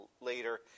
later